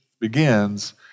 begins